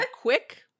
quick